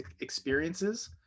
experiences